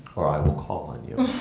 or i will call on you.